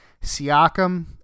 Siakam